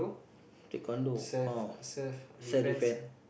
Taekwondo !wow! self defense